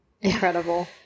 Incredible